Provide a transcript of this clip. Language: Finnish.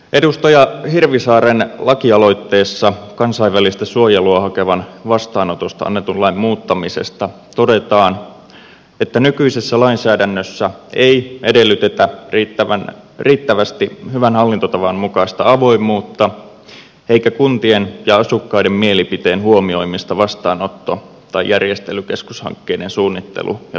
edustaja hirvisaaren lakialoitteessa kansainvälistä suojelua hakevan vastaanotosta annetun lain muuttamisesta todetaan että nykyisessä lainsäädännössä ei edellytetä riittävästi hyvän hallintotavan mukaista avoimuutta eikä kuntien ja asukkaiden mielipiteen huomioimista vastaanotto tai järjestelykeskushankkeiden suunnittelu ja toteutusvaiheessa